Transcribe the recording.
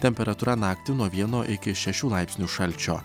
temperatūra naktį nuo vieno iki šešių laipsnių šalčio